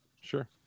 Sure